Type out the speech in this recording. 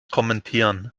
kommentieren